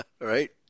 Right